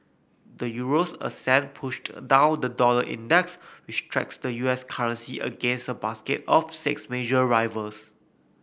the Euro's ascent pushed down the dollar index which tracks the U S currency against a basket of six major rivals